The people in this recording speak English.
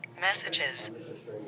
Messages